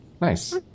Nice